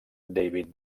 david